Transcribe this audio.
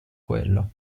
quello